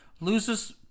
Loses